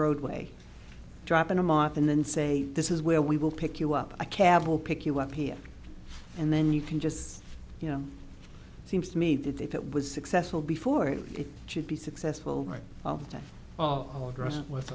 roadway dropping them off and then say this is where we will pick you up a cab will pick you up here and then you can just you know it seems to me that if it was successful before it could be successful